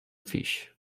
fish